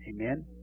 Amen